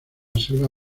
selva